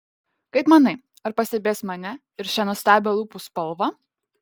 kaip manai ar pastebės mane ir šią nuostabią lūpų spalvą